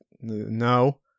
no